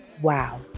Wow